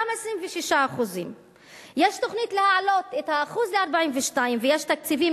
גם 26%. יש תוכניות להעלות את האחוז ל-42% ויש תקציבים,